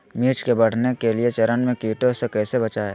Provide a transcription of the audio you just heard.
मिर्च के बढ़ने के चरण में कीटों से कैसे बचये?